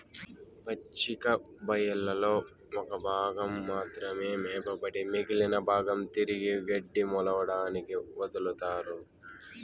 పచ్చిక బయళ్లలో ఒక భాగం మాత్రమే మేపబడి మిగిలిన భాగం తిరిగి గడ్డి మొలవడానికి వదులుతారు